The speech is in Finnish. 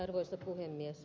arvoisa puhemies